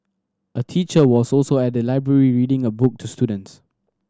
a teacher was also at the library reading a book to students